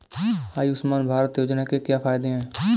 आयुष्मान भारत योजना के क्या फायदे हैं?